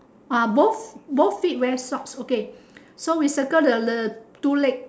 ah both both feet wear socks okay so we circle the the two leg